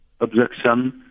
objection